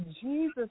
Jesus